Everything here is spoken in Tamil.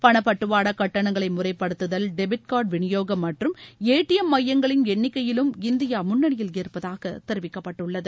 பணப்பட்டுவாடா கட்டணங்களை முறைப்படுத்துதல் டெபிட் கார்டு விநியோகம் மற்றும் ஏடிஎம் மையங்களின் எண்ணிக்கையிலும் இந்திய முன்னணியில் இருப்பதாக தெரிவிக்கப்பட்டுள்ளது